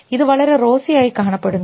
ഇത് വളരെ റോസി ആയി കാണപ്പെടുന്നു